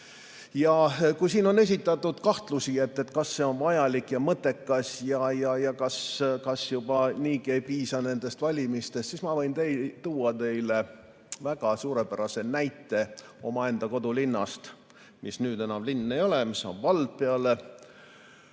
luua ... Siin on esitatud kahtlusi, kas see on vajalik ja mõttekas ja kas juba niigi ei piisa nendest valimistest. Ma võin tuua teile väga suurepärase näite omaenda kodulinnast, mis nüüd enam linn ei ole, mis on peale